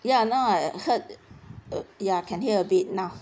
ya now I heard err ya can hear a bit now